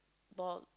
bald